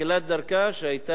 שהיתה מעורערת,